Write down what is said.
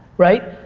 right?